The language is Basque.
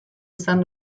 izan